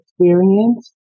experience